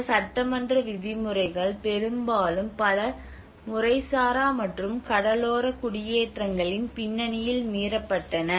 இந்த சட்டமன்ற விதிமுறைகள் பெரும்பாலும் பல முறைசாரா மற்றும் கடலோர குடியேற்றங்களின் பின்னணியில் மீறப்பட்டன